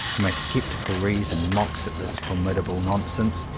my sceptical reason mocks at this formidable nonsense,